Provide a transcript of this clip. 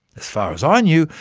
as far as i knew,